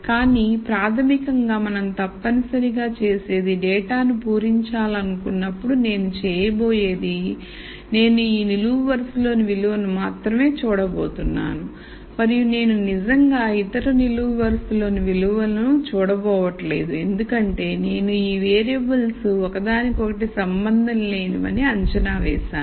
కానీ ప్రాథమికంగా మనం తప్పనిసరిగా చెప్పేది డేటాను పూరించాలనుకున్నప్పుడు నేను చేయబోయేది నేను ఈ నిలువు వరుసలలోని విలువలను మాత్రమే చూడబోతున్నాను మరియు నేను నిజంగా ఇతర నిలువు వరుసలలోని విలువలను చూడపోవట్లేదు ఎందుకంటే నేను ఈ వేరియబుల్ ఒకదానికొకటి సంబంధంలేనివని అంచనా వేసాను